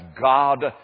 God